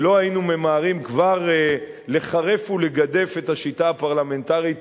לא היינו ממהרים כבר לחרף ולגדף את השיטה הפרלמנטרית